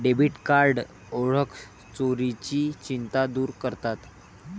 debit card ओळख चोरीची चिंता दूर करतात